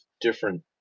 different